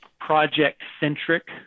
Project-centric